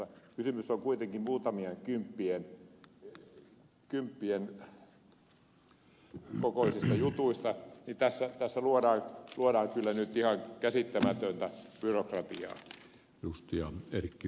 kun kysymys on kuitenkin muutamien kymppien kokoisista jutuista niin tässä luodaan kyllä nyt ihan käsittämätöntä byrokratiaa